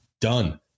done